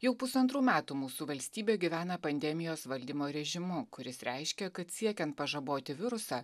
jau pusantrų metų mūsų valstybė gyvena pandemijos valdymo režimu kuris reiškia kad siekiant pažaboti virusą